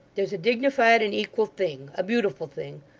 there's a dignified and equal thing a beautiful thing!